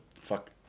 fuck